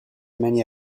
many